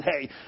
Hey